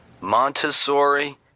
Montessori